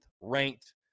ranked